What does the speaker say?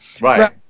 Right